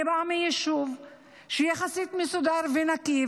אני רואה ביישוב שהוא יחסית מסודר ונקי,